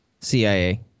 CIA